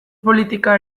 politika